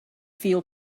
feel